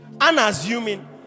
unassuming